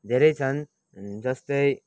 धेरै छन् जस्तै